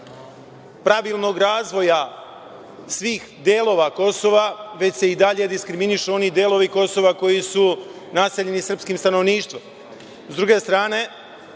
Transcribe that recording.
pravilnog razvoja svih delova Kosova, već se i dalje diskriminišu oni delovi Kosova koji su naseljeni srpskim stanovništvom.